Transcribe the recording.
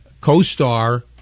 co-star